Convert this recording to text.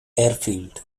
airfield